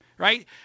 Right